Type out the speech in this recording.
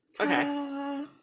Okay